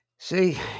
See